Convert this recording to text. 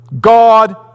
God